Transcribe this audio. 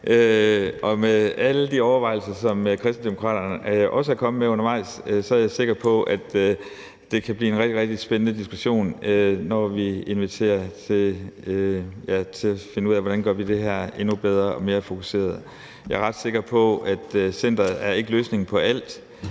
Og med alle de overvejelser, som Kristendemokraterne også er kommet med undervejs, er jeg sikker på at det kan blive en rigtig, rigtig spændende diskussion, når vi inviterer til at finde ud af, hvordan vi gør det her endnu bedre og mere fokuseret. Jeg er ret sikker på, at centeret ikke er løsningen på alt,